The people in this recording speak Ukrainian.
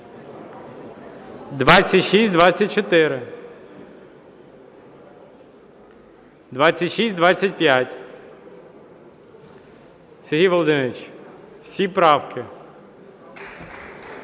2624. 2625. Сергій Володимирович, всі правки.